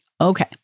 Okay